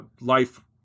life